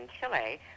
Chile